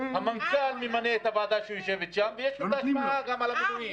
המנכ"ל ממנה את הוועדה שיושבת שם ויש לו את ההשפעה גם על המינויים.